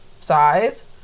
size